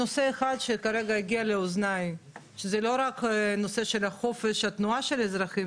אחד שכרגע הגיע לאוזניי שזה לא רק נושא חופש התנועה של אזרחים,